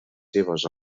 seves